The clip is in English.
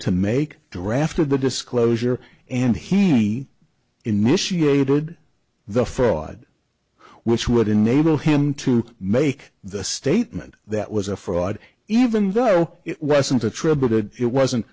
to make draft of the disclosure and he initiated the first audit which would enable him to make the statement that was a fraud even though it wasn't attributed it wasn't